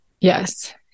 Yes